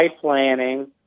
planning